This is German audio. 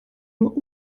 nur